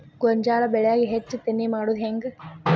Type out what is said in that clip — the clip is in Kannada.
ಗೋಂಜಾಳ ಬೆಳ್ಯಾಗ ಹೆಚ್ಚತೆನೆ ಮಾಡುದ ಹೆಂಗ್?